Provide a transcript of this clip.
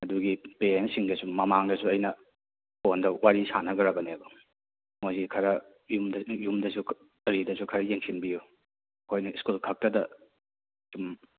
ꯑꯗꯨꯒꯤ ꯄꯦꯔꯦꯟꯁ ꯁꯤꯡꯗꯁꯨ ꯃꯃꯥꯡꯗꯁꯨ ꯑꯩꯅ ꯐꯣꯟꯗ ꯋꯥꯔꯤ ꯁꯥꯟꯅꯈ꯭ꯔꯕꯅꯦꯕ ꯃꯣꯏꯁꯤ ꯈꯔ ꯌꯨꯝꯗꯁꯨ ꯀꯔꯤꯗꯁꯨ ꯈꯔ ꯌꯦꯡꯁꯤꯟꯕꯤꯌꯨ ꯑꯩꯈꯣꯏꯅ ꯁ꯭ꯀꯨꯜ ꯈꯛꯇꯗ ꯁꯨꯝ